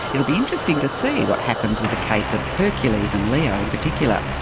it will be interesting to see what happens with the case of hercules and leo in particular.